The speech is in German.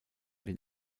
den